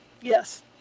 Yes